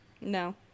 No